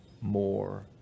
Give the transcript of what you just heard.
more